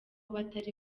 batari